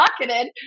Pocketed